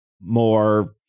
more